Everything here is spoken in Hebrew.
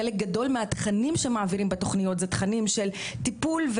חלק גדול מהתכנים שמעבירים בתוכניות זה תכנים של טיפול,